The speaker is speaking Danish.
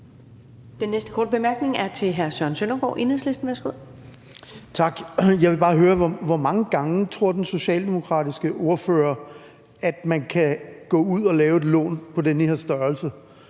Jeg vil bare høre, hvor mange gange den socialdemokratiske ordfører tror man kan gå ud og lave et lån på den her størrelse,